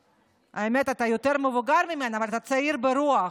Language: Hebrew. האמת, אתה יותר מבוגר ממנה, אבל אתה צעיר ברוח.